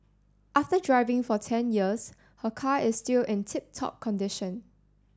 after driving for ten years her car is still in tip top condition